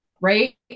right